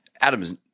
Adam's